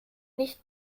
nicht